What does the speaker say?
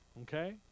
Okay